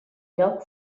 lloc